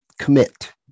commit